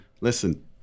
listen